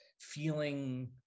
feeling